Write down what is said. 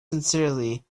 sincerely